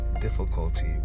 difficulty